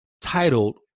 titled